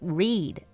read